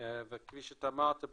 וכפי שאתה אמרת,